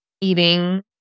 eating